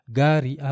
gari